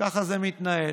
וככה זה מתנהל.